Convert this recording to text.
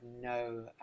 no